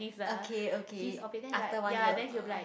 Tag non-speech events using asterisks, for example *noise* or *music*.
okay okay after one year *noise*